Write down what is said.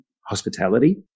hospitality